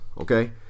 Okay